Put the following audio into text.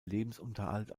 lebensunterhalt